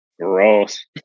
Gross